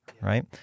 right